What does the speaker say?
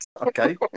Okay